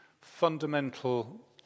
fundamental